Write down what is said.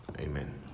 Amen